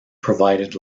provided